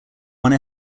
one